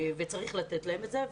וצריך לתת להם את זה.